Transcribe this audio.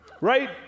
Right